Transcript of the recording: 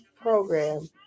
program